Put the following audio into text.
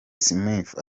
smith